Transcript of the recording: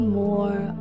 more